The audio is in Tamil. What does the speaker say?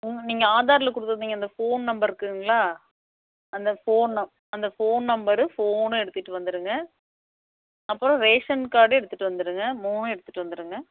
நீங்கள் ஆதாரில் கொடுத்துருந்திங்க அந்த ஃபோன் நம்பர் இருக்குதுங்களா அந்த ஃபோன் நம் அந்த ஃபோன் நம்பரும் ஃபோனும் எடுத்துகிட்டு வந்துடுங்க அப்புறம் ரேஷன் கார்டு எடுத்துகிட்டு வந்துடுங்க மூணும் எடுத்துகிட்டு வந்துடுங்க